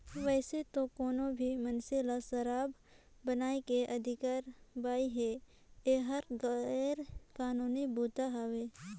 वइसे तो कोनो भी मइनसे ल सराब बनाए के अधिकार बइ हे, एहर गैर कानूनी बूता हवे